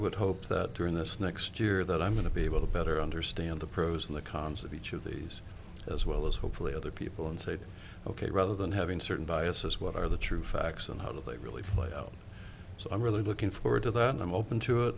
would hope that during this next year that i'm going to be able to better understand the pros and the cons of each of these as well as hopefully other people and say ok rather than having certain biases what are the true facts and how do they really plato so i'm really looking forward to that and i'm open to it